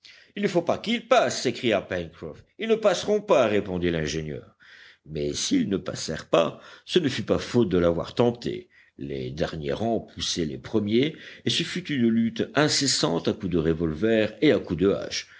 il ne faut pas qu'ils passent s'écria pencroff ils ne passeront pas répondit l'ingénieur mais s'ils ne passèrent pas ce ne fut pas faute de l'avoir tenté les derniers rangs poussaient les premiers et ce fut une lutte incessante à coups de revolver et à coups de hache